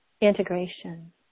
integration